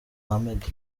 mohammed